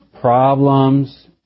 problems